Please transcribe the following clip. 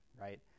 right